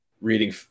reading